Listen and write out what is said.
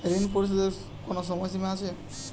ঋণ পরিশোধের কোনো সময় সীমা আছে?